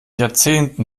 jahrzehnten